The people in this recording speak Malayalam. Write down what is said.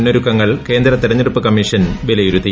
മുന്നൊരുക്കങ്ങൾ കേന്ദ്ര തെരഞ്ഞെടുപ്പു കമ്മീഷൻ വിലയിരുത്തി